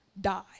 die